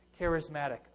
charismatic